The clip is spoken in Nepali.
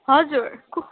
हजुर कु